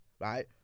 right